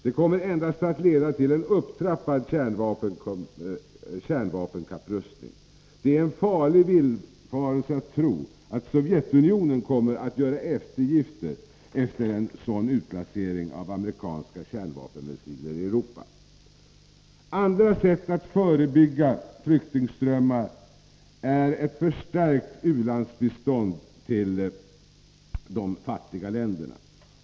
Det kommer endast att leda till en upptrappad kärnvapenkapprustning. Det är en farlig villfarelse att tro att Sovjetunionen kommer att göra eftergifter efter en sådan utplacering av amerikanska kärnvapenmissiler i Europa. Ett annat sätt att förebygga flyktingströmmar är ett förstärkt u-landsbistånd till de fattiga länderna.